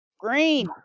Green